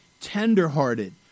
tenderhearted